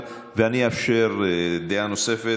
אני אאפשר דעה נוספת.